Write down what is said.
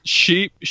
sheep